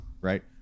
right